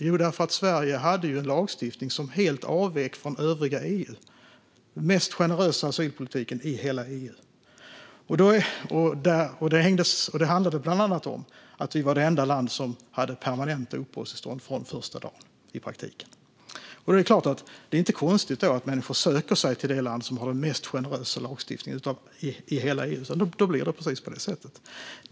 Jo, det var att Sverige hade en lagstiftning som helt avvek från vad som gällde i övriga EU. Vi hade den generösaste asylpolitiken i hela EU. Det handlade bland annat om att vi var det enda land som i praktiken hade permanenta uppehållstillstånd från första dagen. Det är inte konstigt att människor söker sig till det land som har den generösaste lagstiftningen i hela EU. Då blir det precis på det sättet.